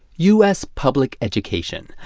u s. public education.